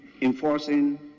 enforcing